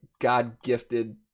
God-gifted